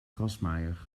grasmaaier